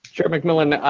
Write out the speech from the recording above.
chair mcmillan,